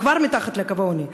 הם כבר מתחת לקו העוני,